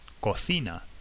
cocina